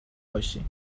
باشی